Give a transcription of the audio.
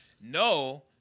no